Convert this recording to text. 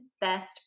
best